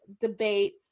debate